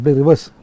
reverse